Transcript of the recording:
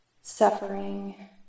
suffering